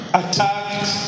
attacked